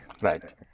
right